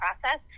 process